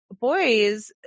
boys